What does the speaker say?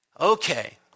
okay